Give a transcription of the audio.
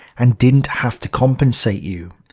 and didn't have to compensate you.